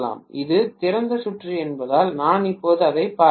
இது திறந்த சுற்று என்பதால் நான் இப்போது அதைப் பார்க்கவில்லை